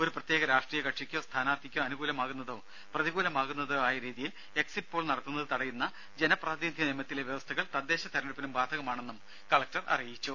ഒരു പ്രത്യേക രാഷ്ട്രീയ കക്ഷിക്കോ സ്ഥാനാർത്ഥിക്കോ അനുകൂലമാകുന്നതോ പ്രതികൂലമാകുന്നതോ ആയ രീതിയിൽ എക്സിറ്റ് പോൾ നടത്തുന്നത് തടയുന്ന ജനപ്രാതിനിധ്യ നിയമത്തിലെ വ്യവസ്ഥകൾ തദ്ദേശ തെരഞ്ഞെടുപ്പിനും ബാധകമാണെന്നും കലക്ടർ അറിയിച്ചു